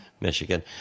Michigan